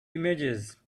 images